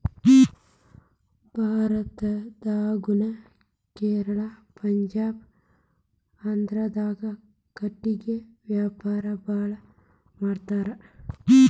ಭಾರತದಾಗುನು ಕೇರಳಾ ಪಂಜಾಬ ಆಂದ್ರಾದಾಗ ಕಟಗಿ ವ್ಯಾವಾರಾ ಬಾಳ ಮಾಡತಾರ